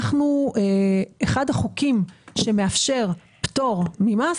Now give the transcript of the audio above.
אחד החוקים שמאפשר פטור ממס,